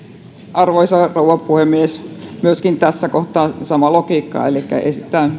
arvoisa rouva puhemies myöskin tässä kohtaa sama logiikka elikkä esitän